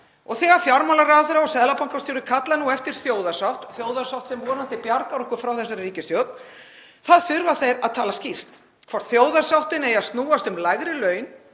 dag. Þegar fjármálaráðherra og seðlabankastjóri kalla eftir þjóðarsátt, þjóðarsátt sem vonandi bjargar okkur frá þessari ríkisstjórn, þá þurfa þeir að tala skýrt; hvort þjóðarsáttin eigi að snúast um lægri laun